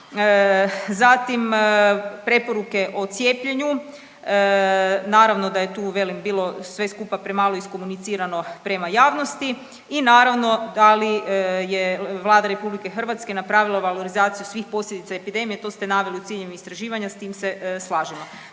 Zatim preporuke o cijepljenju, naravno da je tu velim bilo sve skupa premalo iskomunicirano prema javnosti i naravno da li je Vlada RH napravila valorizaciju svih posljedica epidemije to ste naveli ciljanju istraživanja, s tim se slažemo.